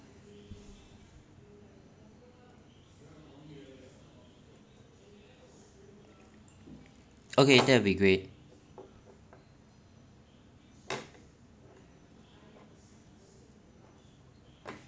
okay that'll be great